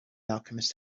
alchemist